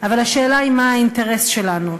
אבל השאלה היא מה האינטרס שלנו,